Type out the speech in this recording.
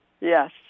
yes